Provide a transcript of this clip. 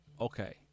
okay